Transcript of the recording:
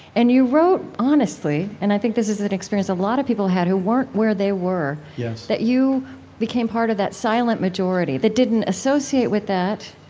and you wrote honestly and i think this is an experience a lot of people had who weren't where they were, yeah that you became part of that silent majority that didn't associate with that,